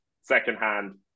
secondhand